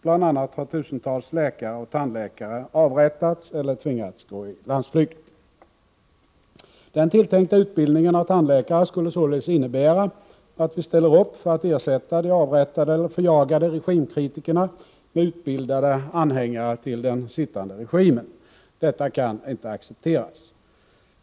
Bl.a. har tusentals läkare och tandläkare avrättats eller tvingats gå i landsflykt. Den tilltänkta utbildningen av tandläkare skulle således innebära att vi ställer upp för att ersätta de avrättade eller förjagade regimkritikerna med utbildade anhängare av den sittande regimen. Detta kan inte accepteras.